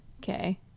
Okay